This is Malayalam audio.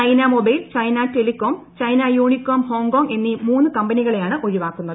ചൈന മൊബൈൽ ബ്ലൈഫ് ടെലികോം ചൈന യൂണികോം ഹോങ്കോങ് എന്നീ മൂന്ന് കമ്പനികളെയാണ് ഒഴിവാക്കുന്നത്